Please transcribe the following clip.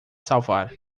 salvar